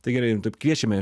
tai gerai taip kviečiame